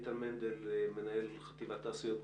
איתן מנדל, מנהל חטיבת תעשיות ביטחוניות,